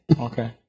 Okay